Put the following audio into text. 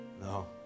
No